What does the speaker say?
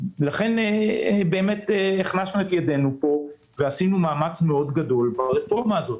לכן באמת הכנסנו פה את ידינו ועשינו מאמץ גדול מאוד ברפורמה הזאת.